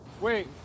Wait